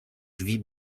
drzwi